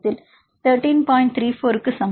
34 க்கு சமம்